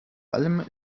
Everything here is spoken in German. allem